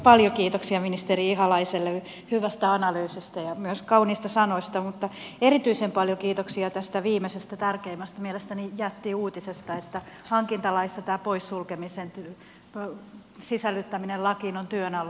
paljon kiitoksia ministeri ihalaiselle hyvästä analyysistä ja myös kauniista sanoista mutta erityisen paljon kiitoksia tästä viimeisestä tärkeimmästä mielestäni jättiuutisesta että hankintalaissa tämä poissulkemisen sisällyttäminen lakiin on työn alla